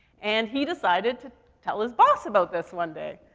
and he decided to tell his boss about this one day.